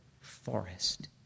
forest